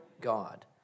God